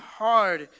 hard